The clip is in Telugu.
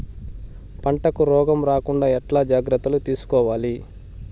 పంటకు రోగం రాకుండా ఎట్లా జాగ్రత్తలు తీసుకోవాలి?